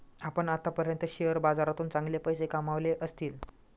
आपण आत्तापर्यंत शेअर बाजारातून चांगले पैसे कमावले असतील